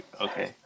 Okay